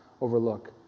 overlook